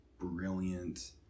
brilliant